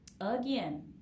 again